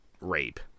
rape